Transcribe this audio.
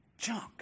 junk